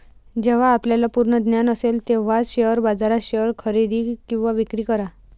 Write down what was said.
जेव्हा आपल्याला पूर्ण ज्ञान असेल तेव्हाच शेअर बाजारात शेअर्स खरेदी किंवा विक्री करा